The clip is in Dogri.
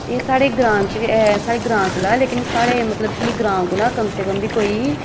एह् साढ़े ग्रांऽ च साढ़े ग्रांऽ च लगदा लेकिन साढ़े मतलब कि ग्रांऽ कोला कम से कम बी कोई